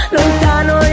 lontano